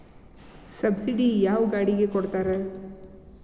Subsidy ಯಾವ ಗಾಡಿಗೆ ಕೊಡ್ತಾರ?